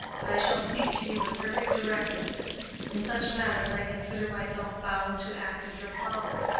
but i shall speak to you with perfect directness in such matters i consider myself bound to act as your father.